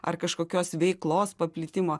ar kažkokios veiklos paplitimo